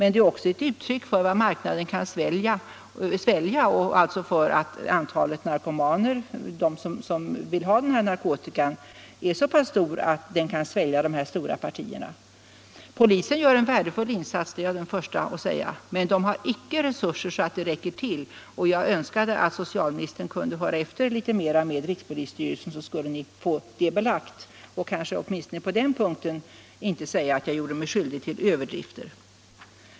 Detta kan i sin tur vara ett uttryck för att antalet narkomaner nu är så stort att marknaden kan svälja så stora partier. Polisen gör en värdefull insats. Det är jag den första att säga. Men den har inte resurser så att det räcker till. Och jag önskar att socialministern kunde höra efter litet bättre med rikspolisstyrelsen så skulle ni få det belagt och kanske åtminstone på den punkten inte säga att jag gjorde mig skyldig till överdrifter.